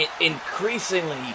increasingly